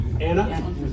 Anna